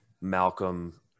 Malcolm